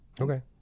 okay